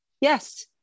Yes